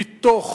מתוך